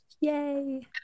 Yay